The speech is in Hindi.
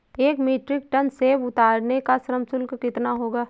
एक मीट्रिक टन सेव उतारने का श्रम शुल्क कितना होगा?